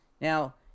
Now